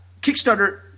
Kickstarter